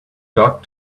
got